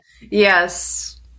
yes